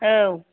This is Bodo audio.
औ